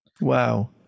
Wow